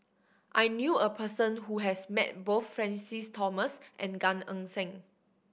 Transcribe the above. i knew a person who has met both Francis Thomas and Gan Eng Seng